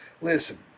Listen